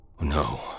No